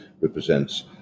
represents